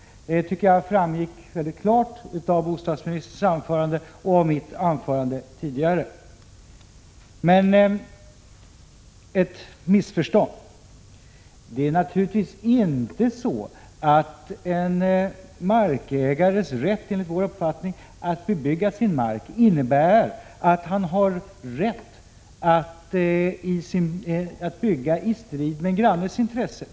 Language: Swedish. Det tycker jag framgick mycket klart av bostadsministerns anförande och av mitt anförande tidigare. Men det finns ett missförstånd. Det är naturligtvis inte så att enligt vår uppfattning en markägares rätt att bebygga sin mark innebär att han har rätt att bygga i strid med en grannes intressen.